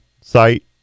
site